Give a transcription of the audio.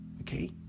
Okay